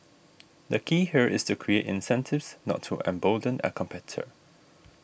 the key here is to create incentives not to embolden a competitor